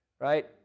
right